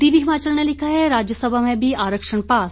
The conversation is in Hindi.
दिव्य हिमाचल ने लिखा है राज्यसभा में भी आरक्षण पास